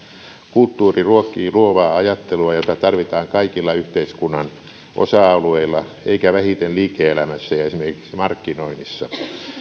kulttuuri ruokkii luovaa ajattelua jota tarvitaan kaikilla yhteiskunnan osa alueilla eikä vähiten liike elämässä ja esimerkiksi markkinoinnissa